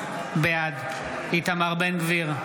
בעד איתמר בן גביר,